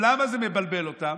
למה זה מבלבל אותם?